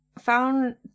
found